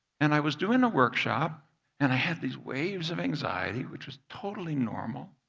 and i was doing a workshop and i had these waves of anxiety, which was totally normal.